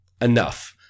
enough